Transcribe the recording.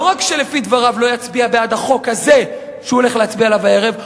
לא רק שלפי דבריו לא יצביע בעד החוק הזה שהוא הולך להצביע עליו הערב,